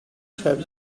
from